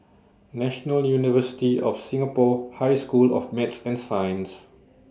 National University of Singapore High School of Math and Science